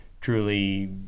truly